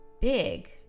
big